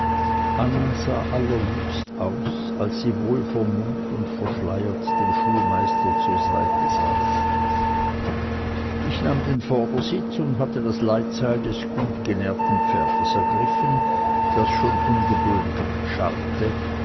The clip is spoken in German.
anna sah allerliebst aus als sie wohlvermummt und verschleiert dem schulmeister zur seite saß ich nahm den vordersitz und hatte das leitseil des gutgenährten pferdes ergriffen das schon ungeduldig scharrte